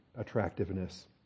attractiveness